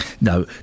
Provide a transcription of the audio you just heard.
No